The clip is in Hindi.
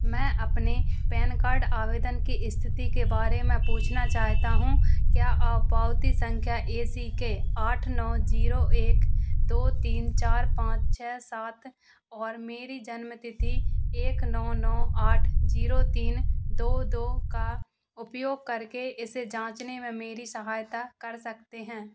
मैं अपने पैन कार्ड आवेदन की स्थिति के बारे में पूछना चाहता हूं क्या आप पावती संख्या ए सी के आठ नौ जीरो एक दो तीन चार पाँच छः सात और मेरी जन्म तिथि एक नौ नौ आठ जीरो तीन दो दो का उपयोग करके इसे जांचने में मेरी सहायता कर सकते हैं